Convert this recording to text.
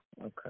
okay